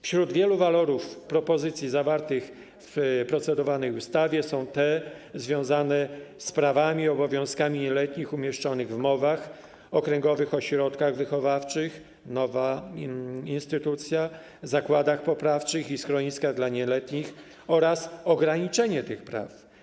Wśród wielu walorów propozycji zawartych w procedowanej ustawie są te związane z prawami i obowiązkami nieletnich umieszczonych w MOW-ach, okręgowych ośrodkach wychowawczych - nowa instytucja - zakładach poprawczych i schroniskach dla nieletnich oraz ograniczenie tych praw.